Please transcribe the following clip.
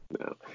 No